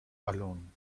alone